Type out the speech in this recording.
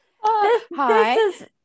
Hi